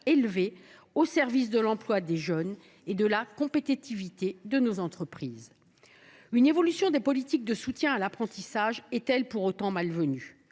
élevé au service de l’emploi des jeunes et de la compétitivité de nos entreprises. Une évolution des politiques de soutien à l’apprentissage est elle pour autant malvenue ?